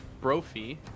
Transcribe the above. Brophy